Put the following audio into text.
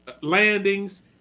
landings